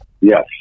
Yes